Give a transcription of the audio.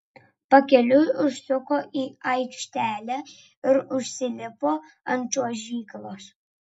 pakeliui užsuko į aikštelę ir užsilipo ant čiuožyklos